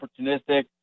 opportunistic